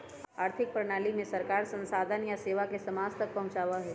आर्थिक प्रणाली में सरकार संसाधन या सेवा के समाज तक पहुंचावा हई